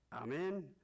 Amen